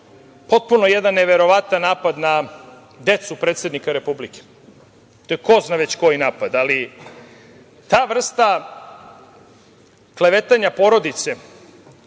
potpuno jedan neverovatan napad na decu predsednika Republike. To je ko zna već koji napad, ali ta vrsta klevetanja porodice,